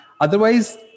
Otherwise